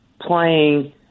playing